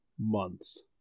months